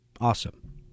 Awesome